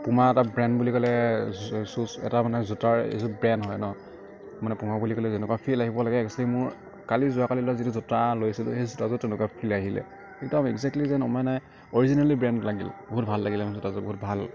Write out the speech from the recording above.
Puma এটা brand বুলি ক'লে শ্বুচ এটা মানে জোতাৰ এযোৰ ব্ৰেণ্ড হয় ন মানে পুমা বুলি ক'লে যেনেকুৱা ফীল আহিব লাগে এক্ছুৱেলি মোৰ কালি যোৱাকালি যিটো জোতা লৈছিলোঁ সেই জোতাযোৰ তেনেকুৱা ফীল আহিলে কিন্তু আমি একজেকলী মানে অৰিজিনেলী বেণ্ড লাগিল বহুত ভাল লাগিলে জোতাযোৰ বহুত ভাল